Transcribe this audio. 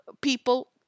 people